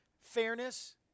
fairness